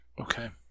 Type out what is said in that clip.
Okay